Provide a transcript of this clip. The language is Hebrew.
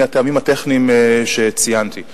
מהטעמים הטכניים שציינתי.